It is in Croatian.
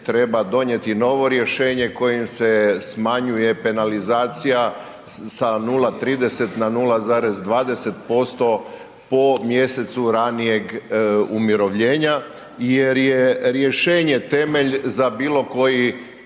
treba donijeti novo rješenje kojim se smanjuje penalizacija sa 0,30 na 0,20% po mjesecu ranijeg umirovljenja jer je rješenje temelj za bilokoji